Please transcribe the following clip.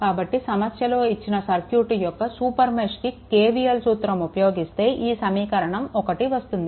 కాబట్టి సమస్యలో ఇచ్చిన సర్క్యూట్ యొక్క సూపర్ మెష్కి KVL సూత్రం ఉపయోగిస్తే ఈ సమీకరణం 1 వస్తుంది